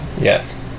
Yes